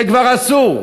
זה כבר אסור,